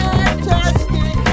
Fantastic